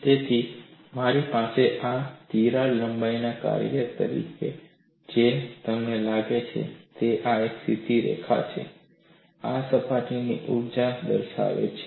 તેથી મારી પાસે આ તિરાડ લંબાઈના કાર્ય તરીકે છે જે તમને લાગે છે કે આ એક સીધી રેખા છે આ સપાટીની ઊર્જા દર્શાવે છે